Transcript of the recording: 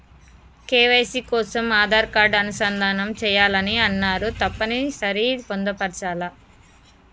KYC కోసం Aadhaar card అనుసంధానం చేయాలని అన్నరు తప్పని సరి పొందుపరచాలా?